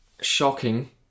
Shocking